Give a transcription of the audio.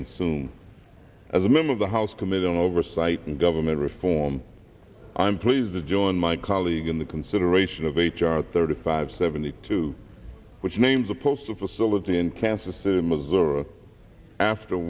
consumed as a member of the house committee on oversight and government reform i am pleased to join my colleagues in the consideration of h r thirty five seventy two which names a postal facility in kansas city missouri after a